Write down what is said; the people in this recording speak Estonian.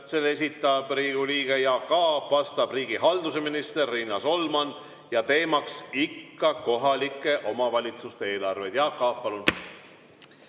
Selle esitab Riigikogu liige Jaak Aab, vastab riigihalduse minister Riina Solman. Ja teema on ikka kohalike omavalitsuste eelarved. Jaak Aab, palun!